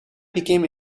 became